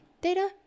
Data